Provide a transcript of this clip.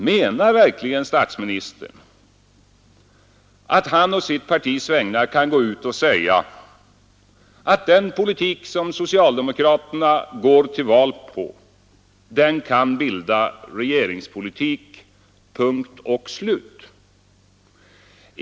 Menar verkligen statsministern att han å sitt partis vägnar kan gå ut och säga att den politik som socialdemokraterna går till val på kan bilda regeringspolitik — punkt och slut?